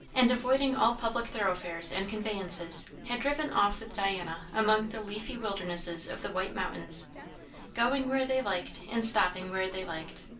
and avoiding all public thoroughfares and conveyances, had driven off with diana among the leafy wildernesses of the white mountains going where they liked and stopping where they liked.